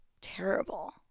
terrible